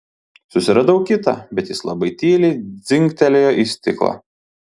susiradau kitą bet jis labai tyliai dzingtelėjo į stiklą